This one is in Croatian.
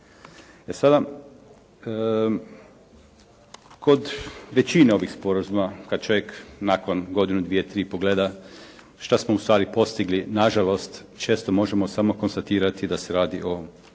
sada kod većine ovih sporazuma kad čovjek nakon godinu, dvije, tri pogleda šta smo ustvari postigli nažalost često možemo samo konstatirati da se radi o stereotipu